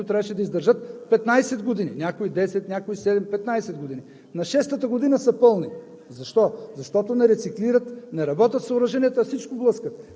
Държавата даде пари, направиха се регионални депа с клетки, които трябваше да издържат 15 години, някои 10, някои 7, 15 години. На шестата година са пълни.